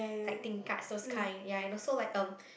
writing cards those kind ya and also like um